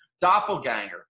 doppelganger